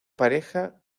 pareja